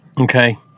Okay